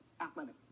athletic